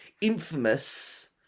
infamous